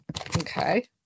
Okay